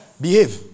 Behave